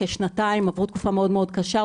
כשנתיים עברו תקופה מאוד קשה,